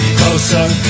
closer